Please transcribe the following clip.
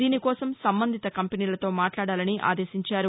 దీనికోసం సంబంధిత కంపెనీలతో మాట్లాడాలని ఆదేశించారు